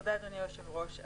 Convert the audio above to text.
אדוני היושב-ראש,